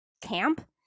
camp